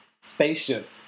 spaceship